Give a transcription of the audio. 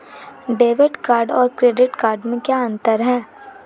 Debit card और credit card में क्या अंतर है?